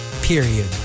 period